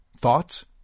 Thoughts